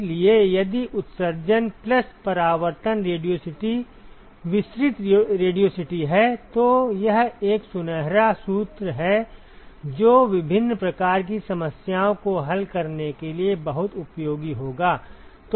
इसलिए यदि उत्सर्जन प्लस परावर्तन रेडियोसिटी विसरित रेडियोसिटी है तो यह एक सुनहरा सूत्र है जो विभिन्न प्रकार की समस्याओं को हल करने के लिए बहुत उपयोगी होगा